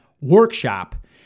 workshop